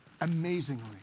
amazingly